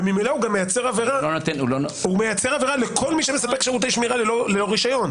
וממילא הוא גם מייצר עבירה לכל מי שמספק שירותי שמירה ללא רישיון.